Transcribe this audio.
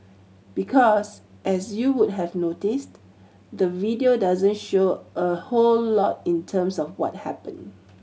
because as you would have noticed the video doesn't show a whole lot in terms of what happened